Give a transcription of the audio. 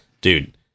dude